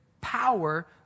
power